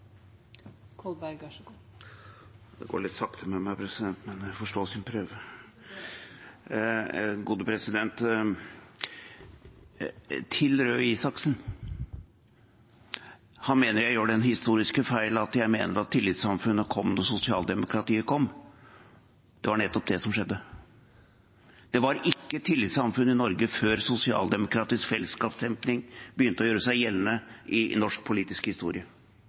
Det går litt sakte med meg, president, men det får stå sin prøve. Det går bra. Til statsråd Røe Isaksen: Han mener jeg gjør den historiske feilen at jeg mener at tillitssamfunnet kom da sosialdemokratiet kom. Det var nettopp det som skjedde. Det var ikke et tillitssamfunn i Norge før sosialdemokratisk fellesskapstenkning begynte å gjøre seg gjeldende i norsk politisk historie,